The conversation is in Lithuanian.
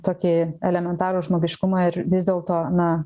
tokį elementarų žmogiškumą ir vis dėlto na